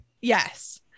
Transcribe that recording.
yes